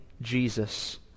Jesus